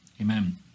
amen